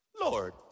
Lord